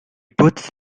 puts